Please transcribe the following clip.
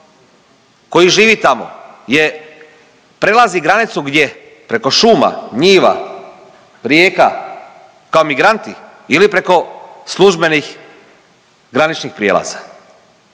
koji živi tamo je, prelazi granicu, gdje? Preko šuma, njiva, rijeka? Kao migranti? Ili preko službenih graničnih prijelaza?